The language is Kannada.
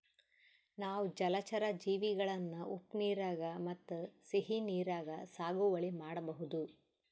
ನಾವ್ ಜಲಚರಾ ಜೀವಿಗಳನ್ನ ಉಪ್ಪ್ ನೀರಾಗ್ ಮತ್ತ್ ಸಿಹಿ ನೀರಾಗ್ ಸಾಗುವಳಿ ಮಾಡಬಹುದ್